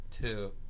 Two